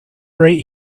right